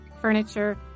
furniture